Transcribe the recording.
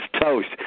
toast